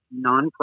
nonprofit